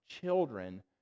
children